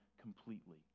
completely